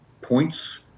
points